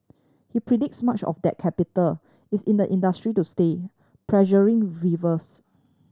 he predicts much of that capital is in the industry to stay pressuring rivals